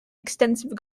extensive